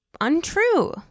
untrue